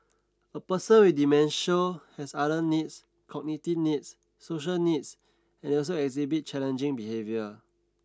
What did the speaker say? a person with dementia has other needs cognitive needs social needs and they also exhibit challenging behaviour